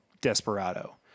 Desperado